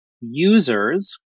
users